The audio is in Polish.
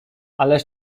ależ